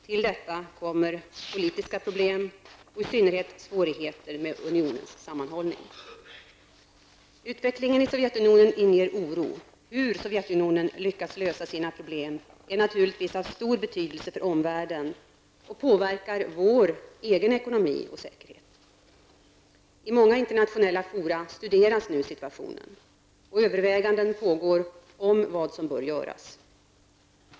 Till detta kommer politiska problem och i synnerhet svårigheter med unionens sammanhållning. Utvecklingen i Sovjetunionen inger oro. Hur Sovjetunionen lyckas lösa sina problem är naturligtvis av stor betydelse för omvärlden och påverkar vår egen ekonomi och säkerhet. I många internationella fora studeras nu situationen, och överväganden pågår om vad som bör göras.